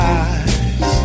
eyes